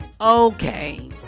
Okay